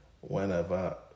whenever